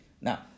Now